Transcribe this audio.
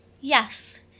YES